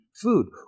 food